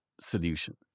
solution